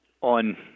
on